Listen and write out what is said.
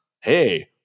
hey